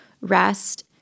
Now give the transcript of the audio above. rest